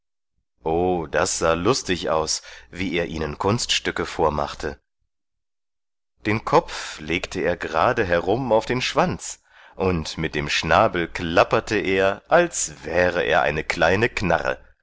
o das sah lustig aus wie er ihnen kunststücke vormachte den kopf legte er gerade herum auf den schwanz mit dem schnabel klapperte er als wäre er eine kleine knarre